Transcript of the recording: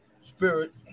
spirit